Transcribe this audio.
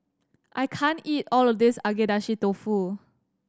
I can't eat all of this Agedashi Dofu